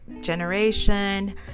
generation